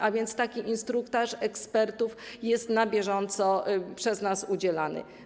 A więc taki instruktaż ekspertów jest na bieżąco przez nas udzielany.